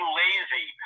lazy